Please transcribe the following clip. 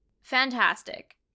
fantastic